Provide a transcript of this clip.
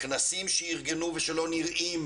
כנסים שארגנו ולא נראים